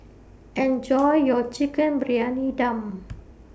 Enjoy your Chicken Briyani Dum